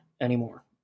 anymore